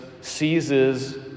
seizes